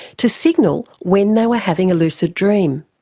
to signal when they were having a lucid dream.